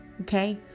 okay